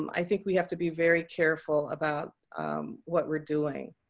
um i think we have to be very careful about what we're doing.